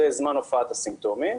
זה זמן הופעת הסימפטומים,